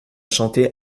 chanter